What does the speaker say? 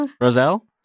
Roselle